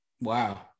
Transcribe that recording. Wow